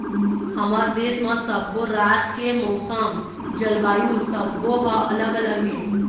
हमर देश म सब्बो राज के मउसम, जलवायु सब्बो ह अलग अलग हे